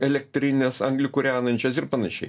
elektrinės anglį kūrenančios ir panašiai